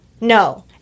no